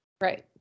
Right